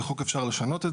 וחוק אפשר לשנות.